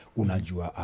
unajua